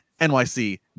NYC